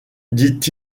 dit